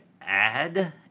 add